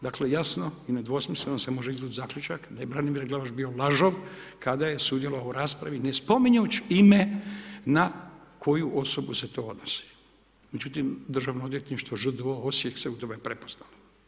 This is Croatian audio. Dakle, jasno i nedvosmisleno se može izvući zaključak da je Branimir Glavaš bio lažov kada je sudjelovao u raspravi, ne spominjući ime na koju osobu se to odnosi, međutim, Državno odvjetništvo ŽDO Osijek se u tome prepoznao.